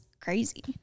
crazy